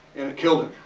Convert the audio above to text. and it killed him.